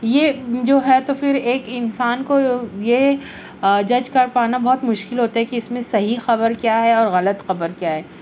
یہ جو ہے تو پھر ایک انسان کو یہ جج کر پانا بہت مشکل ہوتا ہے کہ اس میں صحیح خبر کیا ہے اور غلط خبر کیا ہے